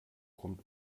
kommt